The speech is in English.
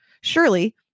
surely